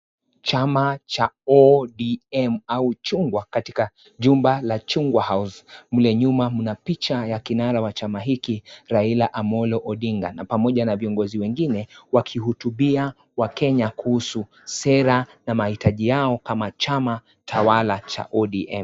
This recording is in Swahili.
Chama cha ODM au chungwa katika chumba cha chungwa house , mle nyuma mna picha cha kinara wa chama hiki Raila Amolo Odinga na pamoja na viongozi wengine, wakihutubia wakenya kuhusu sera na mahitaji yao kama chama tawala cha ODM.